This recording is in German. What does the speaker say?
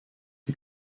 die